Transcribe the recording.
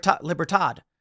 Libertad